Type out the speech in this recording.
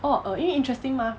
orh err 因为 interesting mah